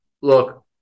Look